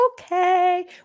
Okay